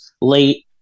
late